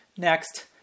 Next